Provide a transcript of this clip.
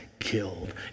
Killed